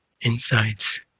insights